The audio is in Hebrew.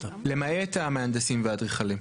למעט המהנדסים והאדריכלים.